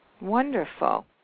Wonderful